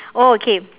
oh okay